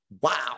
Wow